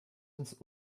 ins